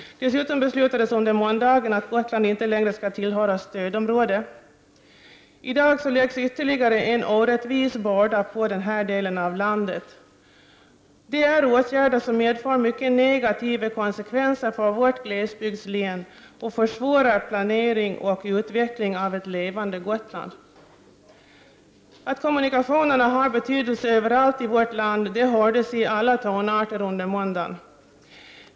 Dessutom beslutades under måndagen att Gotland inte längre skall tillhöra stödområde. I dag läggs ytterligare en orättvis börda på denna del av landet. Det är åtgärder som medför mycket negativa konsekvenser för vårt glesbygdslän och försvårar planering och utveckling av ett levande Gotland. Att kommunikationerna har betydelse överallt i vårt land, det hördes i alla tonarter under måndagen.